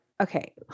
okay